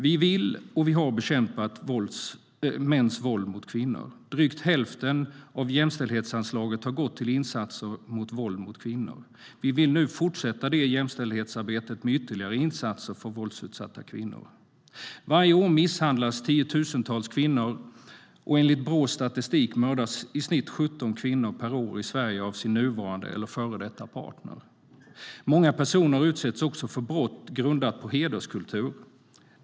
Vi vill bekämpa och har bekämpat mäns våld mot kvinnor. Drygt hälften av jämställdhetsanslaget har gått till insatser mot våld mot kvinnor. Vill vi nu fortsätta det jämställdhetsarbetet med ytterligare insatser för våldsutsatta kvinnor. Varje år misshandlas tiotusentals kvinnor. Enligt Brås statistik mördas i snitt 17 kvinnor per år i Sverige av sin nuvarande eller före detta partner. Många personer utsätts också för brott grundat på hederskultur.